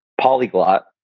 Polyglot